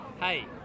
hey